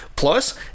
Plus